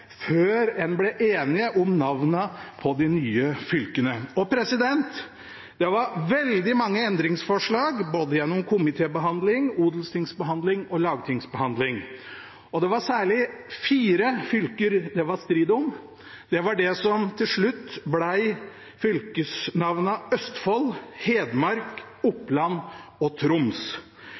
før en ble enige om navnene på de nye fylkene. Det var veldig mange endringsforslag, gjennom både komitébehandlingen, odelstingsbehandlingen og lagtingsbehandlingen. Det var særlig fire fylker det var strid om. Det var i de sakene hvor fylkesnavnene til slutt ble Østfold, Hedmark, Oppland og Troms.